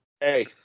Hey